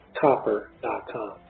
copper.com